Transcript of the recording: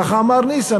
ככה אמר ניסן,